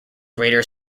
greater